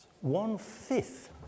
One-fifth